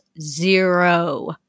zero